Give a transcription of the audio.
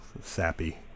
sappy